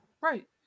right